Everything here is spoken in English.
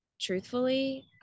truthfully